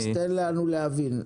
תן לנו להבין.